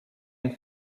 and